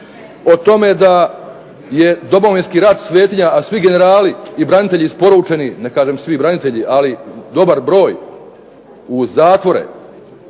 o tome da je Domovinski rat svetinja, a svi generali i branitelji isporučeni, ne kažem svi branitelji, ali dobar broj u zatvore,